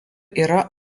yra